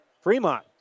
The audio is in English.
Fremont